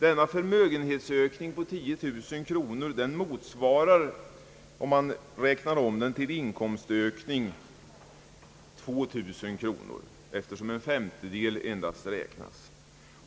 Denna förmögenhetsökning på 10000 kronor motsvarar en inkomstökning på 2 000 kronor, eftersom endast en femtedel av förmögenheten räknas i detta sammanhang.